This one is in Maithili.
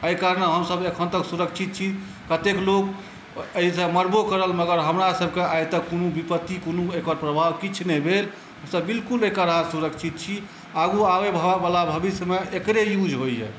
एहि कारणे हमसब एखन तक सुरक्षित छी कतेक लोक एहिसॅं मरबो करल मगर हमरा सबके आइ तक कोनो विपत्ति कोनो एकर प्रभाव किछु नहि भेल हमसब बिलकुल एहि काढ़ासॅं सुरक्षित छी आगू आबयबला भऽभविष्यमे एकरे यूज होइये